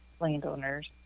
landowners